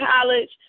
college